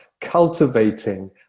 Cultivating